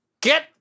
get